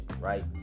right